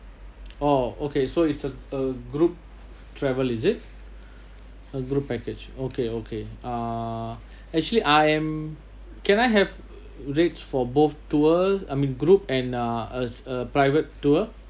oh okay so it's a a group travel is it a group package okay okay uh actually I'm can I have rates for both tour I mean group and ah a a private tour